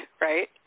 right